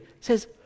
says